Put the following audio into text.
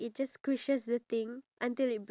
iya me too